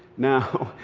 now,